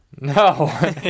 No